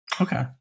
Okay